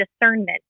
discernment